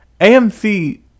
AMC